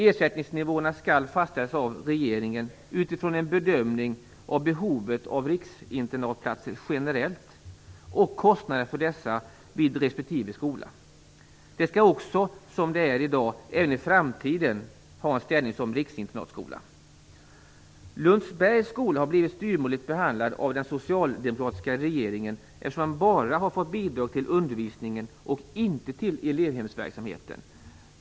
Ersättningsnivåerna skall fastställas av regeringen utifrån en bedömning av behovet av riksinternatplatser generellt och kostnaderna för dessa vid respektive skola. De skall också, liksom i dag, även i framtiden ha en ställning som riksinternatskola. Lundsbergs skola har blivit styvmoderligt behandlad av den socialdemokratiska regeringen i så motto att den bara har fått bidrag till undervisningen och inte till elevhemsverksamheten.